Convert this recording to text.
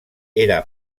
era